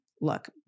Look